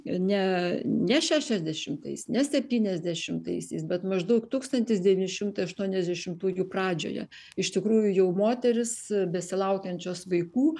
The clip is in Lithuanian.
ne ne šešiasdešimtais ne septyniasdešimtaisiais bet maždaug tūkstantis devyni šimtai aštuoniasdešimtųjų pradžioje iš tikrųjų jau moterys besilaukiančios vaikų